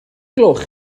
gloch